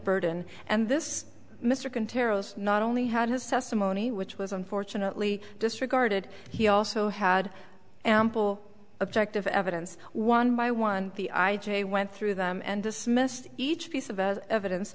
burden and this taro's not only had his testimony which was unfortunately disregarded he also had ample objective evidence one by one the i j a went through them and dismissed each piece of evidence